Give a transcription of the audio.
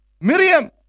Miriam